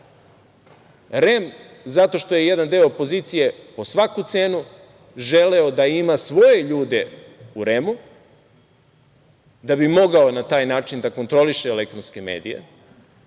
zato što je jedan deo opozicije po svaku cenu želeo da ima svoje ljude u REM, da bi mogao na taj način da kontroliše elektronske medije,